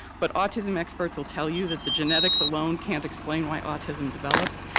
but autism experts will tell you that the genetics alone can't explain why autism develops,